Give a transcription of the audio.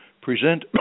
present